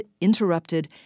interrupted